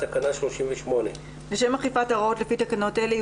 סמכויות שוטר לשם אכיפת ההוראות לפי תקנות אלה,